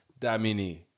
Damini